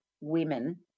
women